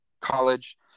college